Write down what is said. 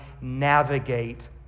navigate